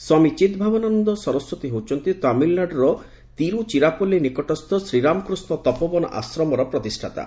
ସ୍ୱାମୀ ଚିଦ୍ଭାବନାନନ୍ଦ ହେଉଛନ୍ତି ତାମିଲନାଡୁର ତିରୁଚିରାପଲୀ ନିକଟସ୍ଥ ଶ୍ରୀରାମକୃଷ୍ଣ ତପୋବନ ଆଶ୍ରମର ପ୍ରତିଷ୍ଠାତା